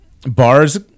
Bars